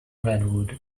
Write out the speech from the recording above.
redwood